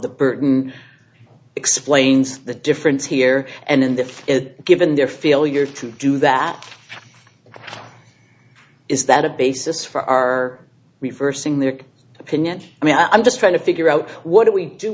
the burden explains the difference here and in the it given their failure to do that is that a basis for our reversing their opinion i mean i'm just trying to figure out what do we do